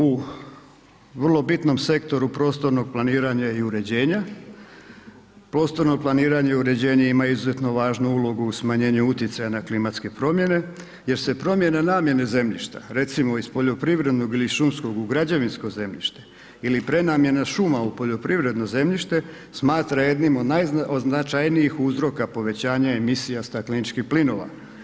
U vrlo bitnom sektoru prostornog planiranja i uređenja, prostorno planiranje i uređenje ima izuzetno važnu ulogu u smanjenju utjecaja na klimatske promjene, jer se promjena namjene zemljišta, recimo iz poljoprivrednog ili šumskog u građevinsko zemljište, ili prenamjena šuma u poljoprivredno zemljište, smatra jednim od najznačajnijih uzroka povećanja emisija stakleničkih plinova.